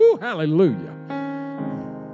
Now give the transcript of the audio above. hallelujah